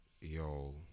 yo